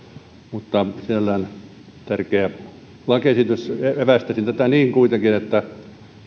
mutta tämä on sinällään tärkeä lakiesitys evästäisin tätä kuitenkin niin että